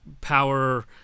power